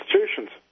institutions